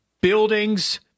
buildings